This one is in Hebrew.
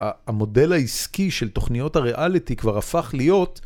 המודל העסקי של תוכניות הריאליטי כבר הפך להיות...